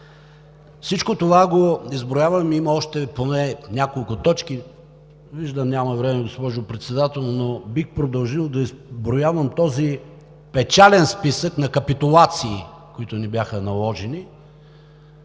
Всичко това го изброявам, има поне още няколко точки. Виждам, че няма време, госпожо Председател, но бих продължил да изброявам този специален списък на капитулации (показва го), които ни бяха наложени,